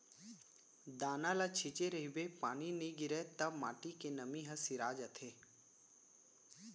दाना ल छिंचे रहिबे पानी नइ गिरय त माटी के नमी ह सिरा जाथे